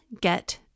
get